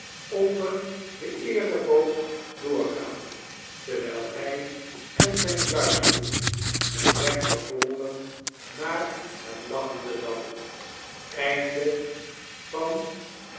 onder den eereboog doorgaan terwyl hy en zyn bruidsstoet hun weg vervolgden naar het lachende dal